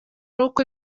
nuko